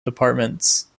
departments